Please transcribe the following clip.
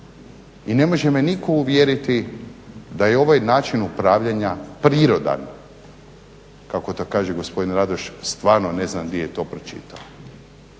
I ne može me nitko uvjeriti da je ovaj način upravljanja prirodan kako to kaže gospodin Radoš, stvarno ne znam gdje je to pročitao.